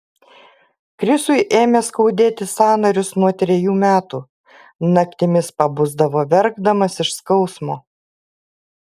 krisui ėmė skaudėti sąnarius nuo trejų metų naktimis pabusdavo verkdamas iš skausmo